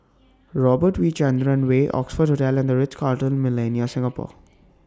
Robert V Chandran Way Oxford Hotel and The Ritz Carlton Millenia Singapore